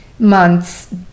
months